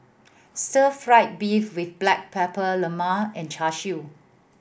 stir fried beef with black pepper lemang and Char Siu